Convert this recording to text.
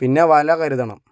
പിന്നെ വല കരുതണം